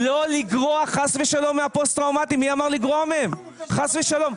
מה שאתה אמרת רק יפתח פתח לפרשנות מצמצמת.